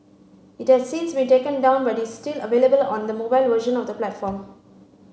it has since been taken down but it's still available on the mobile version of the platform